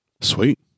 Sweet